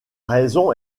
raison